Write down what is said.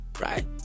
right